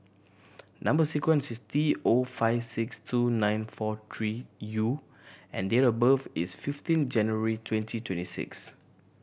number sequence is T O five six two nine four three U and date of birth is fifteen January twenty twenty six